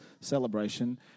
celebration